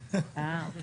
אי